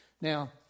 now